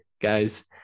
guys